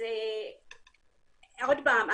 עוד פעם,